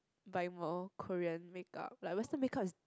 buying more Korean makeup like Western makeup is